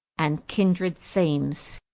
and kindred themes.